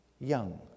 young